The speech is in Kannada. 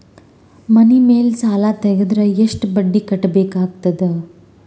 ಮನಿ ಮೇಲ್ ಸಾಲ ತೆಗೆದರ ಎಷ್ಟ ಬಡ್ಡಿ ಕಟ್ಟಬೇಕಾಗತದ?